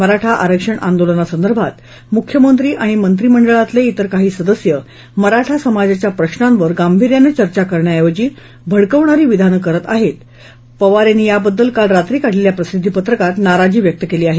मराठा आरक्षण आंदोलनासंदर्भात मुख्यमंत्री आणि मंत्रीमंडळातील इतर काही सदस्य मराठा समाजाच्या प्रश्नांवर गांभीर्यानं चर्चा करण्याऐवजी भडकवणारी विधानं करत आहेत पवार यांनी याबद्दल काल रात्री काढलेल्या प्रसिद्दी पत्रकात नाराजी व्यक्त केली आहे